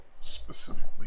Specifically